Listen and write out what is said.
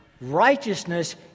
righteousness